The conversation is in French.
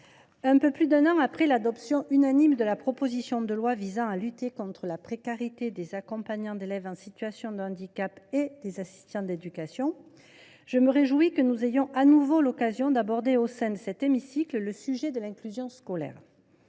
un peu plus d’un an après l’adoption unanime de la proposition de loi visant à lutter contre la précarité des accompagnants d’élèves en situation de handicap et des assistants d’éducation, je me réjouis que nous ayons de nouveau l’occasion d’aborder le sujet de l’inclusion scolaire